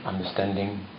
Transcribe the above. Understanding